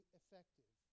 effective